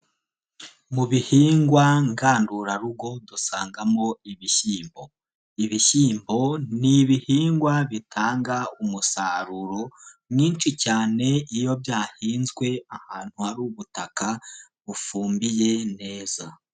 Mu bihingwa ngandurarugo dusangamo ibishyimbo. Ibishyimbo ni ibihingwa bitanga umusaruro mwinshi cyane iyo byahinzwe ahantu hari ubutaka bufumbiye neza.